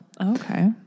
Okay